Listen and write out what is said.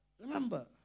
Remember